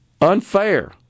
unfair